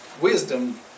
wisdom